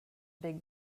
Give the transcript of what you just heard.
big